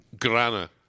grana